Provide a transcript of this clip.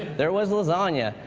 there was lasagna,